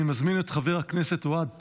אני מזמין את חבר הכנסת אוהד טל,